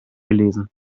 gelesen